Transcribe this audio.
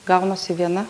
gaunasi viena